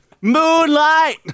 Moonlight